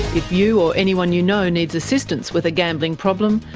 you or anyone you know needs assistance with a gambling problem,